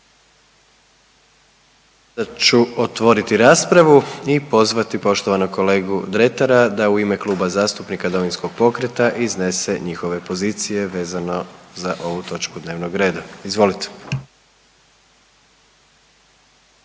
Sad ću otvoriti raspravu i pozvati poštovanog kolegu Dretara da u ime Kluba zastupnika Domovinskog pokreta iznese njihove pozicije vezano za ovu točku dnevnog reda. Izvolite.